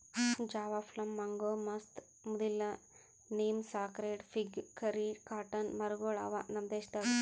Java plum, mango, ಮಸ್ತ್, ಮುದಿಲ್ಲ, neem, sacred fig, ಕರಿ, ಕಾಟನ್ ಮರ ಗೊಳ್ ಅವಾ ನಮ್ ದೇಶದಾಗ್